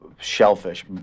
shellfish